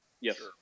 Yes